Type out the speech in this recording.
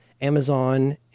Amazon